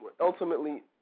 ultimately